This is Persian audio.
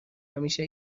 همیشه